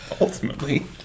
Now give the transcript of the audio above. ultimately